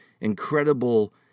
incredible